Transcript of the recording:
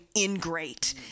ingrate